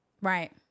Right